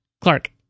clark